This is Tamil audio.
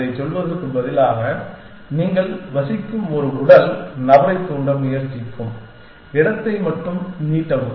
அதைச் சொல்வதற்குப் பதிலாக நீங்கள் வசிக்கும் ஒரு உடல் நபரைத் தூண்ட முயற்சிக்கும் இடத்தை மட்டும் நீட்டவும்